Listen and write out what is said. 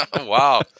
Wow